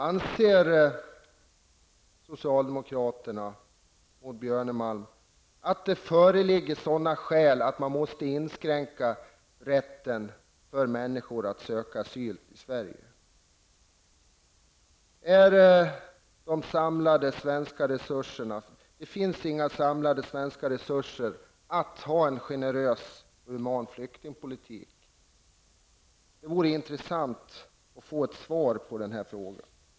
Anser socialdemokraterna och Maud Björnemalm att det föreligger sådana skäl att man måste inskränka rätten för människor att söka asyl i Sverige? Finns det inga samlade svenska resurser till en generös human flyktingpolitik? Det vore intressant att få ett svar på denna fråga.